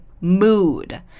mood